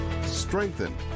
strengthen